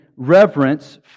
reverence